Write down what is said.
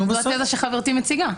זה מה שחברתי מציגה.